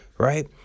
Right